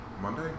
Monday